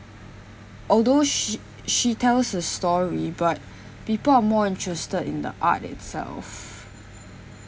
although she she tells a story but people are more interested in the art itself